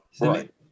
Right